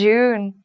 June